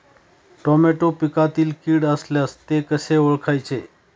Tomato पिकातील कीड असल्यास ते कसे ओळखायचे?